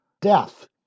death